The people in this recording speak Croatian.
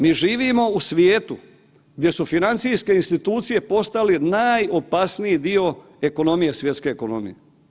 Mi živimo u svijetu gdje su financijske institucije postali najopasniji dio ekonomije, svjetske ekonomije.